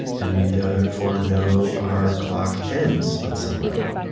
and we therefore know our clock ends on, some level.